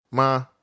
Ma